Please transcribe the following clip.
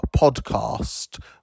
podcast